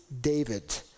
David